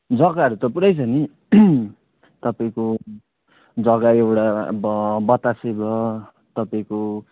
जग्गाहरू त पुरै छ नि तपाईँको जग्गा एउरा भयो बतासे भयो तपाईँको